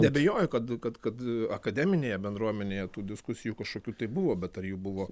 neabejoju kad kad kad akademinėje bendruomenėje tų diskusijų kažkokių tai buvo bet ar jų buvo